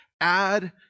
add